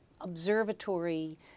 observatory